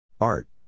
Art